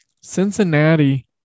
Cincinnati